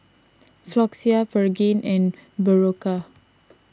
Floxia Pregain and Berocca